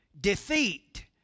defeat